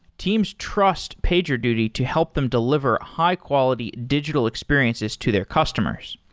teams trust pagerduty to help them deliver high-quality digital experiences to their customers.